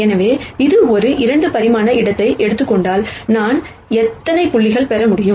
எனவே இது ஒரு 2 பரிமாண இடத்தை எடுத்துக் கொண்டால் நான் எத்தனை புள்ளிகளைப் பெற முடியும்